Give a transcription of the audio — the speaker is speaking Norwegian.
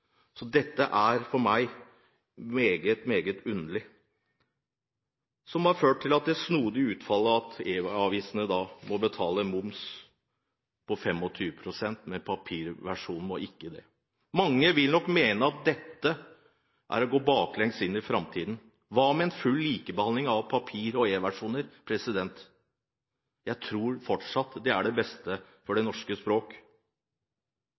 Så dette er for meg meget, meget underlig. Det har ført til det snodige utfallet at e-avisene må betale moms på 25 pst., mens papirversjonene ikke må det. Mange vil nok mene at dette er å gå baklengs inn i framtiden. Hva med en full likebehandling av papir- og e-versjoner? Jeg tror fortsatt det er til det beste for det norske språk.